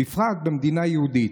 בפרט במדינה יהודית.